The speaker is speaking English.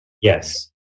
yes